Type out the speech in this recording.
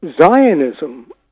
Zionism